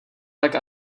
tak